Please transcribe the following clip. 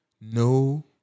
No